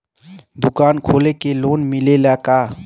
दुकान खोले के लोन मिलेला का?